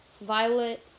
Violet